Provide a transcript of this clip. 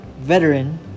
veteran